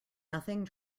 nothing